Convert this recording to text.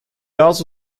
also